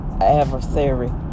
adversary